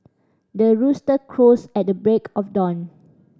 the rooster crows at the break of dawn